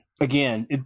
again